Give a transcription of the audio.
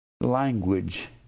language